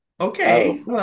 okay